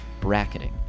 bracketing